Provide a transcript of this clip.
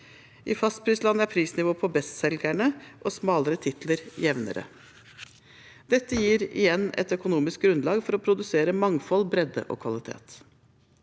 I fastprisland er prisnivået på bestselgerne og smalere titler jevnere. Dette gir igjen et økonomisk grunnlag for å produsere mangfold, bredde og kvalitet.